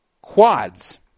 quads